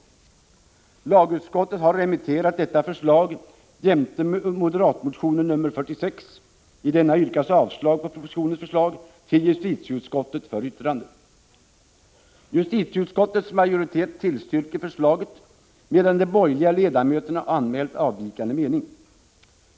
Lagutskottet har remitterat detta förslag jämte moderatmotion nr 46 — i denna yrkas avslag på propositionens förslag — till justitieutskottet för yttrande. Justitieutskottets majoritet tillstyrker förslaget, medan de borgerliga ledamöterna anmält avvikande mening.